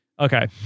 Okay